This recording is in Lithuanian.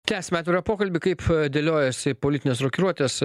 tęsiame atvirą pokalbį kaip dėliojasi politines rokiruotės